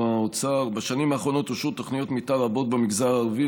האוצר: בשנים האחרונות אושרו תוכניות מתאר רבות במגזר הערבי,